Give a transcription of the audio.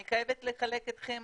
אני חייבת לחלוק איתכם